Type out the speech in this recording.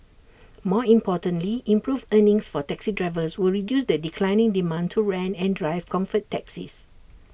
more importantly improved earnings for taxi drivers will reduce the declining demand to rent and drive comfort taxis